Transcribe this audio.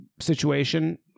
situation